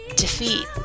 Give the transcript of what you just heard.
Defeat